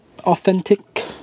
authentic